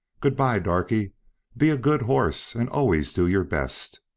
good-bye, darkie be a good horse and always do your best.